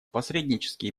посреднические